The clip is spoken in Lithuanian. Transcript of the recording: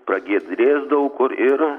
pragiedrės daug kur ir